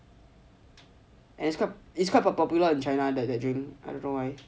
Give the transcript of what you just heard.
and it's got it's quite popular in China that that drink I don't know why